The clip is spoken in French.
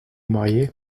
marier